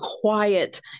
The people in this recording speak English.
quiet